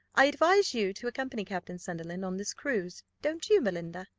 i advise you to accompany captain sunderland on this cruise don't you, belinda?